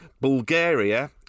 Bulgaria